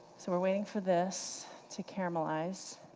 so we're waiting for this to caramelize,